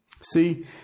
See